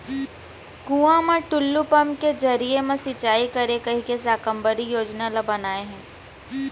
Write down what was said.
कुँआ म टूल्लू पंप के जरिए म सिंचई करय कहिके साकम्बरी योजना ल बनाए हे